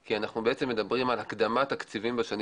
כי אנחנו מדברים על הקדמת תקציבים בשנים